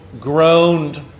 groaned